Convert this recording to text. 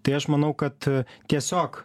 tai aš manau kad tiesiog